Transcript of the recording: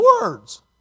words